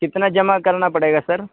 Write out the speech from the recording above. کتنا جمع کرنا پڑے گا سر